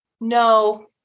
No